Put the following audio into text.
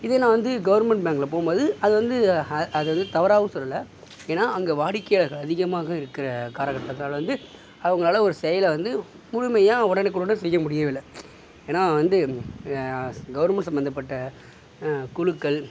இதே நான் வந்து கவுர்மெண்ட் பேங்க்கில் போகும்போது அது வந்து அது வந்து தவறாகவும் சொல்லலை ஏன்னா அங்கே வாடிக்கையாளர்கள் அதிகமாக இருக்கிற காலக்கட்டத்தால வந்து அவங்களால ஒரு செயலை வந்து முழுமையாக உடனுக்குடனே செய்ய முடியவில்ல ஏன்னா வந்து கவுர்மெண்ட் சம்மந்தப்பட்ட குழுக்கள்